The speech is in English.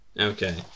Okay